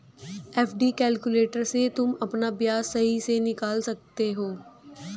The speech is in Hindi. एफ.डी कैलक्यूलेटर से तुम अपना ब्याज सही से निकाल सकते हो